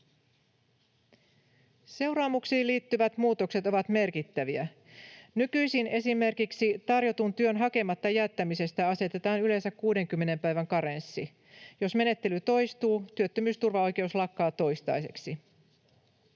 Seuraamuksiin liittyvät muutokset ovat merkittäviä. Nykyisin esimerkiksi tarjotun työn hakematta jättämisestä asetetaan yleensä 60 päivän karenssi. Jos menettely toistuu, työttömyysturvaoikeus lakkaa toistaiseksi.